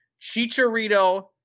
Chicharito